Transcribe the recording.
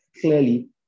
clearly